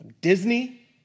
Disney